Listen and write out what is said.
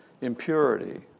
impurity